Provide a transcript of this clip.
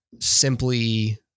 simply